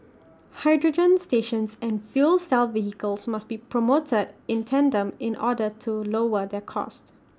hydrogen stations and fuel cell vehicles must be promoted in tandem in order to lower their cost